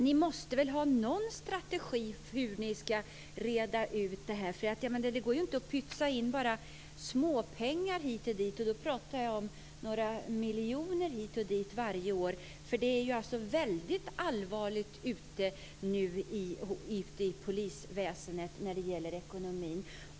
Ni måste väl ha någon strategi för hur det här ska redas ut. Det går ju inte att bara pytsa in småpengar, några miljoner här och där varje år. Det är nu mycket allvarligt ställt med polisväsendets ekonomi.